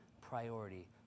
priority